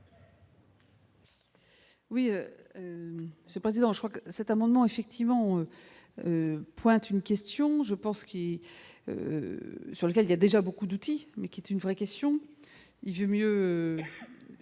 Oui, ce président, je crois que cet amendement effectivement on pointe une question je pense. Sur lequel il y a déjà beaucoup d'outils mais qui est une vraie question. J'ai mieux